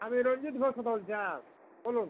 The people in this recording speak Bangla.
আমি রঞ্জিত বোস কথা বলছি হ্যাঁ বলুন